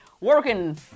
Working